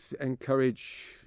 encourage